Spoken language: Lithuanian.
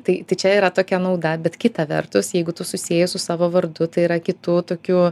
tai čia yra tokia nauda bet kita vertus jeigu tu susieji su savo vardu tai yra kitų tokių